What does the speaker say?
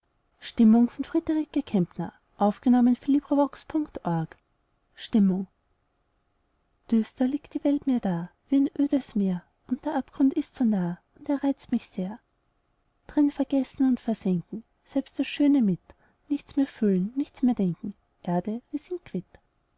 leck stimmung düster liegt die welt mir da wie ein ödes meer und der abgrund ist so nah und er reizt mich sehr drin vergessen und versenken selbst das schöne mit nichts mehr fühlen nichts mehr denken erde wir sind quitt